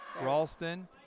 Ralston